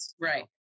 Right